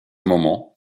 moment